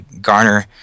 garner